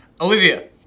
Olivia